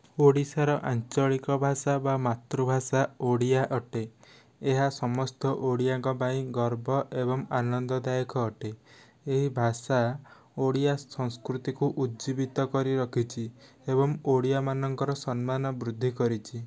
ଓଡ଼ିଶାର ଆଞ୍ଚଳିକ ଭାଷା ବା ମାତୃଭାଷା ଓଡ଼ିଆ ଅଟେ ଏହା ସମସ୍ତ ଓଡ଼ିଆଙ୍କ ପାଇଁ ଗର୍ବ ଏବଂ ଆନନ୍ଦଦାୟକ ଅଟେ ଏହି ଭାଷା ଓଡ଼ିଆ ସଂସ୍କୃତିକୁ ଉଜ୍ଜୀବିତ କରି ରଖିଛି ଏବଂ ଓଡ଼ିଆମାନଙ୍କର ସମ୍ମାନ ବୃଦ୍ଧି କରିଛି